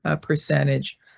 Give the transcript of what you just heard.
percentage